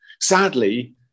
Sadly